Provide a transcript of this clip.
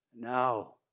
Now